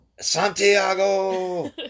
Santiago